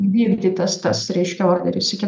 įvykdytas tas reiškia orderis iki galo